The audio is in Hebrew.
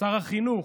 שר החינוך,